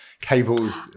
cables